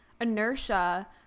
inertia